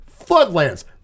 Floodlands